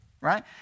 right